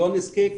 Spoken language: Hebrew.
לא נזכה,